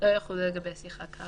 התשל"ט 1979, לא יחולו לגבי שיחה כאמור,